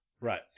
Right